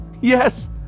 yes